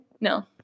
No